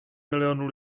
milionů